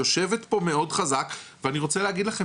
יושבת פה מאוד חזק ואני רוצה להגיד לכן